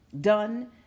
done